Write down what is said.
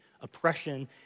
oppression